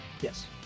yes